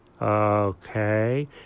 Okay